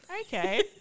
Okay